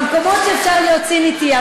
במקומות שאפשר להיות ציני תהיה,